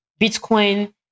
Bitcoin